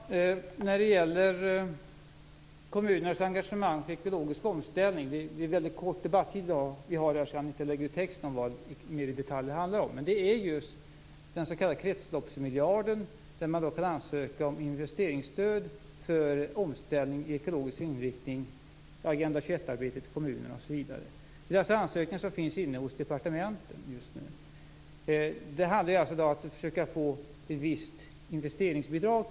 Fru talman! När det gäller kommunernas engagemang avseende en ekologisk omställning hann jag på grund av den korta taletiden i debatten inte lägga ut texten mera i detalj. Jag tänker på den s.k. kretsloppsmiljarden. Man kan alltså ansöka om investeringsstöd för en omställning i ekologisk riktning - Agenda 21-arbetet i kommunerna osv. Dessa ansökningar finns just nu hos departementen i fråga. Det handlar om att försöka få ett visst investeringsbidrag.